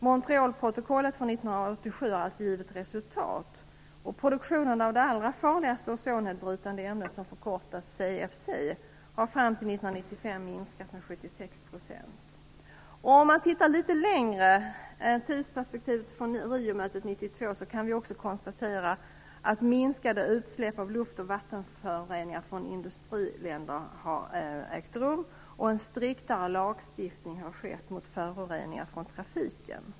Montrealprotokollet från 1987 har alltså givit resultat, och produktionen av det allra farligaste ozonnedbrytande ämnet, som förkortas Om vi har ett litet längre tidsperspektiv än från Riomötet 1992, kan vi också konstatera att utsläppen av luft och vattenföroreningar från industriländerna har minskat och att en striktare lagstiftning mot föroreningar från trafik införts.